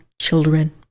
Children